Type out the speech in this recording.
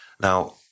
Now